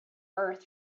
earth